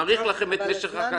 מאריך לכם את משך החקירה.